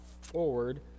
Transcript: forward